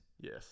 Yes